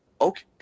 okay